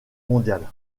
mondiale